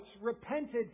repented